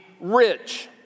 rich